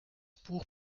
buch